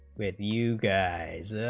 with you guys